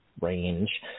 range